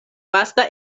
vasta